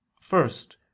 First